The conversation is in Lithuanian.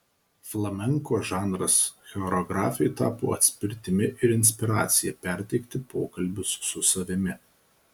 flamenko žanras choreografei tapo atspirtimi ir inspiracija perteikti pokalbius su savimi